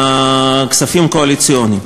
בכספים הקואליציוניים.